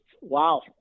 wow